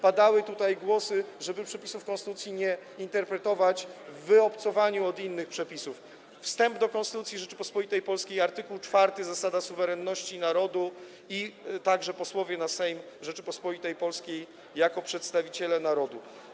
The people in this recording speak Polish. Padały tutaj głosy, żeby przepisów konstytucji nie interpretować w wyobcowaniu, abstrahując od innych przepisów - wstęp do Konstytucji Rzeczypospolitej Polskiej, art. 4, zasada suwerenności narodu, posłowie na Sejm Rzeczypospolitej Polskiej jako przedstawiciele narodu.